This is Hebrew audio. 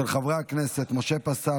של חברי הכנסת משה פסל,